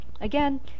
Again